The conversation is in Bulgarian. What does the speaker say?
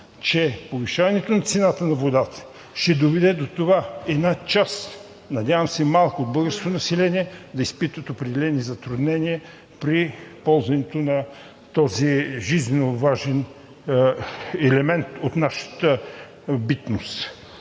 че повишаването на цената на водата ще доведе до това една част, надявам се малко, от българското население да изпита определени затруднения при ползването на този жизненоважен елемент от нашата битност.